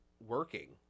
working